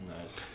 Nice